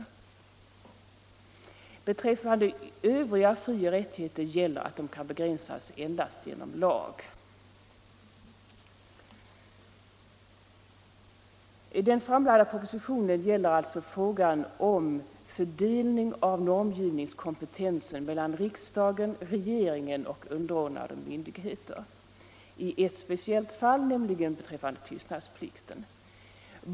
Beträffande övriga frioch rättigheter gäller att de kan begränsas endast genom lag. Den framlagda propositionen gäller alltså frågan om fördelning av normgivningskompetensen mellan riksdagen, regeringen och underordnade myndigheter i ett speciellt fall, nämligen beträffande tystnadsplik ten.